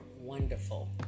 wonderful